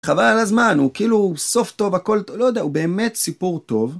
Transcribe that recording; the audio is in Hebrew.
חבל הזמן, הוא כאילו סוף טוב הכל, לא יודע, הוא באמת סיפור טוב.